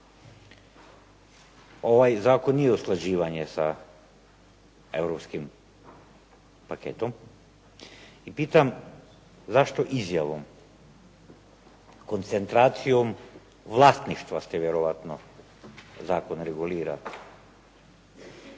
Ovaj zakon nije usklađivanje sa europskim paketom i pitam zašto izjavom? Koncentracijom vlasništva ste vjerojatno, zakon regulira.